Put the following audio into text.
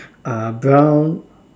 uh brown